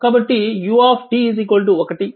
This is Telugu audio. కాబట్టి u 1